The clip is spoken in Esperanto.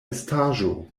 estaĵo